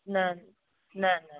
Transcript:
न न